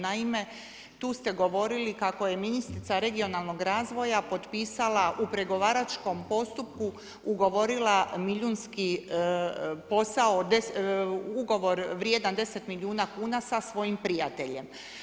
Naime, tu ste govorili kako je ministrica regionalnog razvoja potpisala u pregovaračkom postupku ugovorila milijunski posao ugovor vrijedan 10 milijuna kuna sa svojim prijateljem.